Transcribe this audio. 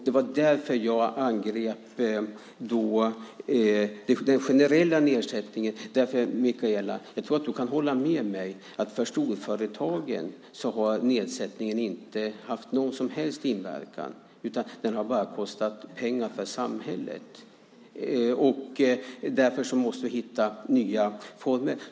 Det var därför jag angrep den generella nedsättningen, för jag tror att du, Mikaela, kan hålla med mig om att för storföretagen har nedsättningen inte haft någon som helst inverkan, utan den har bara kostat pengar för samhället. Därför måste vi hitta nya former.